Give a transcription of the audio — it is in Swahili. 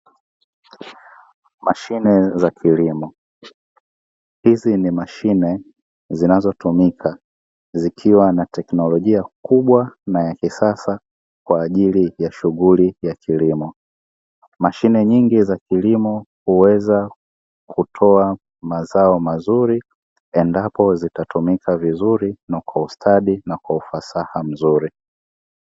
Mashine za kilimo. Hizi ni mashine zinazotumika zikiwa na teknolojia kubwa na ya kisasa kwa ajili ya shughuli ya kilimo, mashine nyingi za kilimo huweza kutoa mazao mazuri endapo zitatumika vizuri na kwa ustadi na kwa ufasaha mzuri.